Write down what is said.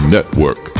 Network